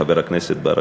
חבר הכנסת ברכה.